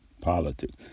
politics